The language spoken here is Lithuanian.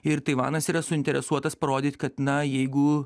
ir taivanas yra suinteresuotas parodyt kad na jeigu